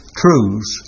truths